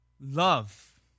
love